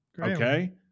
Okay